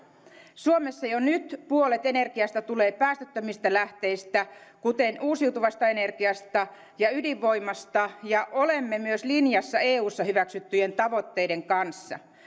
suomessa jo nyt puolet energiasta tulee päästöttömistä lähteistä kuten uusiutuvasta energiasta ja ydinvoimasta ja olemme myös linjassa eussa hyväksyttyjen tavoitteiden kanssa